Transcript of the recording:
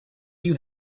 you